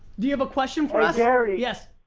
do you have a question for us? hey gary. yes?